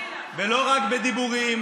ולא רק בדיבורים,